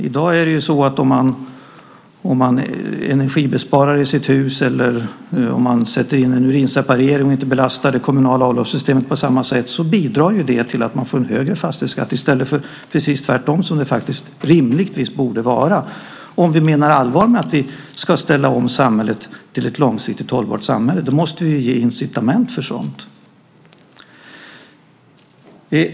I dag är det så att om man energibesparar i sitt hus eller om man sätter in urinseparering och inte belastar det kommunala avloppssystemet på samma sätt bidrar det till att man får en högre fastighetsskatt i stället för precis tvärtom som det rimligtvis borde vara. Om vi menar allvar med att vi ska ställa om samhället till ett långsiktigt hållbart samhälle måste vi ge incitament för sådant.